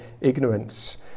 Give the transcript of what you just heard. ignorance